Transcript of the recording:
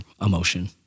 emotion